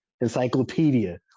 Encyclopedia